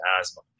asthma